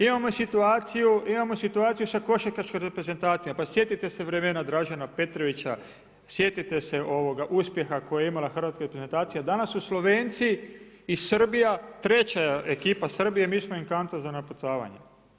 Imamo situaciju sa košarkaškom reprezentacijom, pa sjetite se vremena Dražena Petrovića, sjetite se uspjeha koji je imala hrvatska reprezentacija, danas su Slovenci i Srbija treća ekipa Srbije, mi smo im kanta za napucavanje.